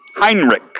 Heinrich